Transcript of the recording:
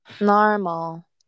normal